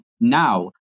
now